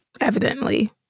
evidently